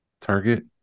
Target